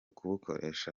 kubukoresha